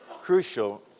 crucial